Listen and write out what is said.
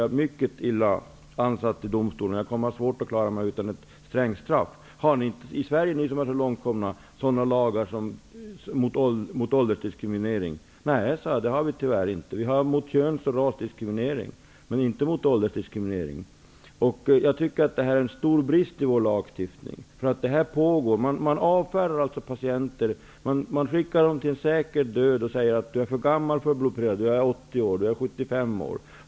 Jag kommer att ha svårt att klara mig undan ett strängt straff. Har inte ni i Sverige, som är så långt komna, lagar mot åldersdiskriminering?'' Jag sade att vi har lagar mot köns och rasdiskriminiering, men tyvärr inte mot åldersdiskriminering. Det är en stor brist i vår lagstiftning. Man avfärdar alltså patienter. Man skickar dem till en säker död när man säger att de är för gamla för att bli opererade när de är 75 eller 80 år.